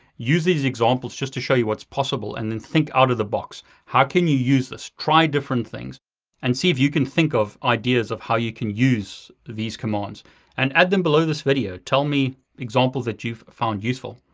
use these examples just to show you what's possible and then think out of the box. how can you use this? try different things and see if you can think of ideas of how you can use these commands and add them below this video. tell me examples that you've found useful.